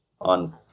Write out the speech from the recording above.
on